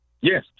Yes